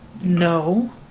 No